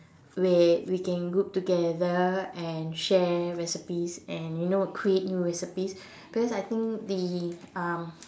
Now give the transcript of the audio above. where we can group together and share recipes and you know create new recipes because I think the um